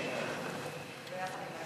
דרך אגב,